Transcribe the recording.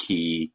Key